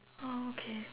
oh okay